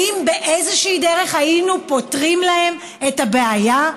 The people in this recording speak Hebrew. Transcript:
האם באיזושהי דרך היינו פותרים להם את הבעיה?